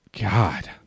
God